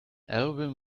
alvin